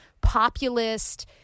populist